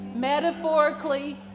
metaphorically